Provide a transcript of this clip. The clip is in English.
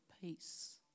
peace